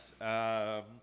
Yes